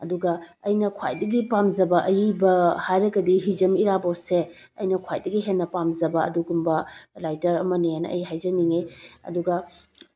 ꯑꯗꯨꯒ ꯑꯩꯅ ꯈ꯭ꯋꯥꯏꯗꯒꯤ ꯄꯥꯝꯖꯕ ꯑꯏꯕ ꯍꯥꯏꯔꯒꯗꯤ ꯍꯤꯖꯝ ꯏꯔꯥꯕꯣꯠꯁꯦ ꯑꯩꯅ ꯈ꯭ꯋꯥꯏꯗꯒꯤ ꯍꯦꯟꯅ ꯄꯥꯝꯖꯕ ꯑꯗꯨꯒꯨꯝꯕ ꯔꯥꯏꯇꯔ ꯑꯃꯅꯦꯅ ꯑꯩ ꯍꯥꯏꯖꯅꯤꯡꯉꯤ ꯑꯗꯨꯒ